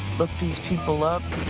but these people up.